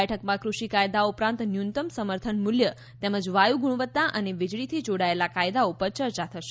બેઠકમાં કૃષિ કાયદા ઉપરાંત ન્યુનતમ સમર્થન મૂલ્ય તેમજ વાયુ ગુણવતા અને વિજળીથી જોડાયેલા કાયદાઓ પર ચર્ચા થશે